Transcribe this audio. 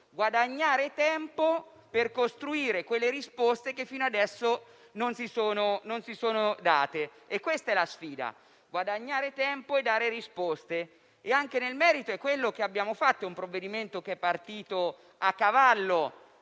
guadagnare tempo per costruire quelle risposte che fino ad ora non sono state date. Questa è la sfida: guadagnare tempo e dare risposte; anche nel merito è quello che abbiamo fatto. Si tratta di un provvedimento partito a cavallo